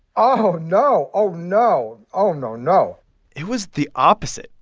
oh, no. oh, no. oh, no, no it was the opposite.